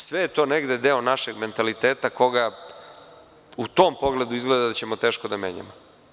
Sve je to negde deo našeg mentaliteta koji u tom pogledu izgleda da ćemo teško da menjamo.